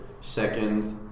Second